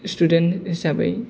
student हिसाबै